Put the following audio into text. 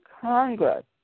Congress